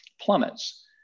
plummets